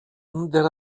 that